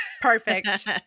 perfect